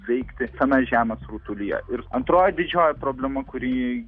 veikti tame žemės rutulyje ir antroji didžioji problema kurį